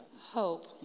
hope